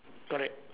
correct